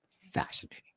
fascinating